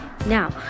Now